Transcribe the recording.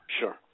Sure